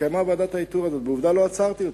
התקיימה ועדת האיתור הזאת, ועובדה, לא עצרתי אותה.